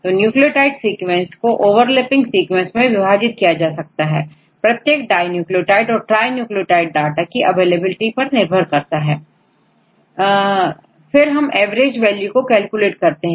तो nucleotide sequence को overlapping sequence मैं विभाजित किया जा सकता है प्रत्येक डाई न्यूक्लियोटाइड या ट्राई न्यूक्लियोटाइड डाटा की अवेलेबिलिटी पर निर्भर करते हैं फिर हम एवरेज वैल्यू कैलकुलेट कर लेते हैं